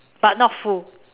but not full